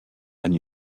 and